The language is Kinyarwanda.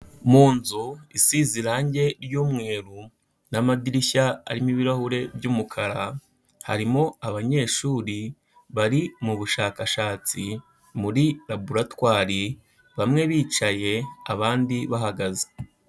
Mu nzu isize irange ry'umweru n'amadirishya arimo ibirahure by'umukara, harimo abanyeshuri bari mu bushakashatsi muri laboratwari, bamwe bicaye abandi bahagaze.